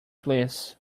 bliss